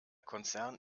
konzern